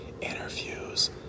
interviews